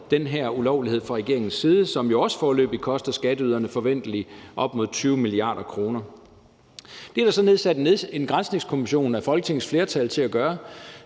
den her ulovlighed fra regeringens side, som jo også koster skatteyderne forventelig op mod 20 mia. kr.? Det er der så nedsat en granskningskommission af Folketingets flertal til at gøre.